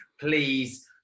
Please